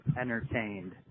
entertained